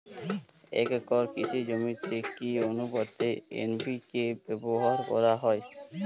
এক একর কৃষি জমিতে কি আনুপাতে এন.পি.কে ব্যবহার করা হয়?